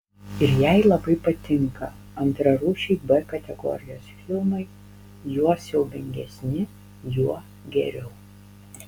ir jai labai patinka antrarūšiai b kategorijos filmai juo siaubingesni juo geriau